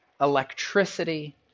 electricity